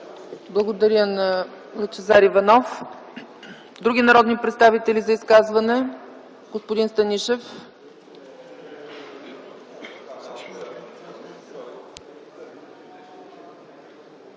Благодаря на Лъчезар Иванов. Други народни представители за изказване? – Господин Станишев.